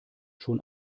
schon